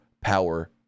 power